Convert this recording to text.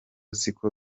siko